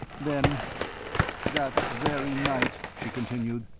then that very night, she continued,